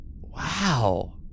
Wow